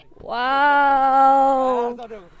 Wow